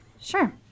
Sure